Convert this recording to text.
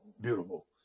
beautiful